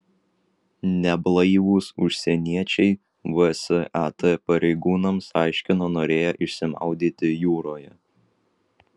neblaivūs užsieniečiai vsat pareigūnams aiškino norėję išsimaudyti jūroje